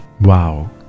wow